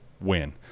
win